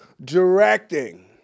directing